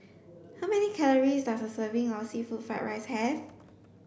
how many calories does a serving of seafood fried rice have